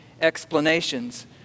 explanations